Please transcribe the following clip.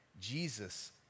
Jesus